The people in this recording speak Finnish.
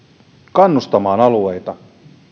kannustamaan alueita